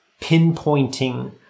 pinpointing